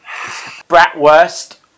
Bratwurst